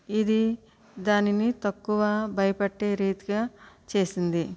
ఇది దానిని తక్కువ భయపెట్టే రీతిగా చేసింది